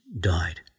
died